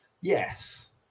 yes